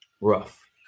rough